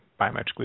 biometrically